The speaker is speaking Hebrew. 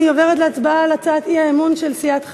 אני עוברת להצבעה על הצעת האי-אמון של סיעת חד"ש,